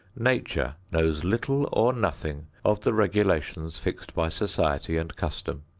nature knows little or nothing of the regulations fixed by society and custom.